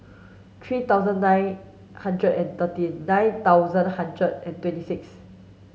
three thousand nine hundred and thirteen nine thousand hundred and twenty six